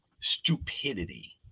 stupidity